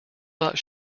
thought